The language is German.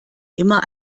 immer